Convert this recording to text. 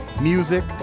music